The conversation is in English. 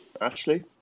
Ashley